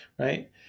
Right